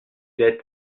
êtes